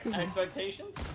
expectations